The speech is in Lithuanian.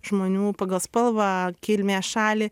žmonių pagal spalvą kilmės šalį